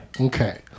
okay